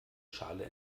schale